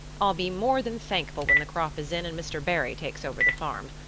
i'll be more than thankful when the crop is in and mr. barry takes over the farm.